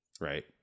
Right